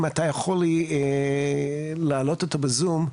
אם אתה יכול להעלות אותו בזום,